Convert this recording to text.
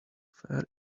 fair